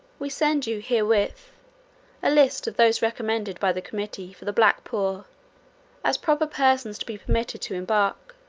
we send you herewith a list of those recommended by the committee for the black poor as proper persons to be permitted to embark,